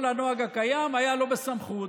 כל הנוהג הקיים היה לא בסמכות,